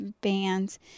bands